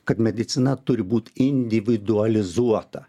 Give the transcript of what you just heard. kad medicina turi būt individualizuota